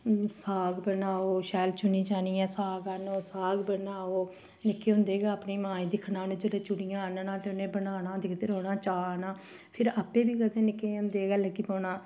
साग बनाओ शैल चुनी चानियै साग आन्नो साग बनाओ निक्के होंदे गै अपनी मां गी दिक्खना उ'नें जिल्लै चुनियै आन्नना ते उ'नें बनाना दिक्खदे रौह्ना चाऽ कन्नै फिर आपै बी कदें निक्के होंदे लग्गी पौना